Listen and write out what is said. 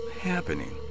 happening